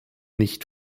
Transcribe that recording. nicht